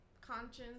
conscience